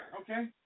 Okay